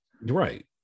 Right